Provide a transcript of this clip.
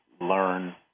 learn